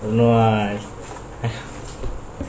don't know eh